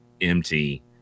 empty